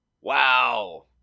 Wow